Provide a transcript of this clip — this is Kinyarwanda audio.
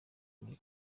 muri